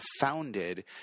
founded